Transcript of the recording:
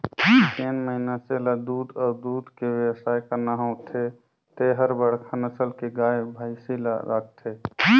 जेन मइनसे ल दूद अउ दूद के बेवसाय करना होथे ते हर बड़खा नसल के गाय, भइसी ल राखथे